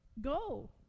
Go